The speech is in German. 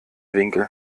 winkel